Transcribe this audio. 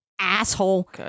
asshole